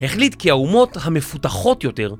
החליט כי האומות המפותחות יותר.